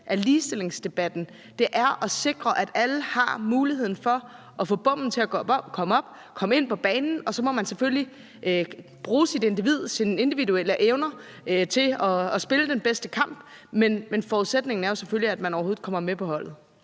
af ligestillingsdebatten, altså at sikre, at alle har muligheden for at få bommen til at gå op og give adgang til banen, og så må man selvfølgelig bruge sine individuelle evner til at spille den bedste kamp. Men forudsætningen er jo selvfølgelig, at man overhovedet kommer med på holdet.